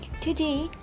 Today